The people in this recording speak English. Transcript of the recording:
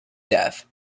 death